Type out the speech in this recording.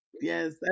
yes